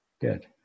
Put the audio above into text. good